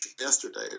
yesterday